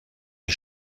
این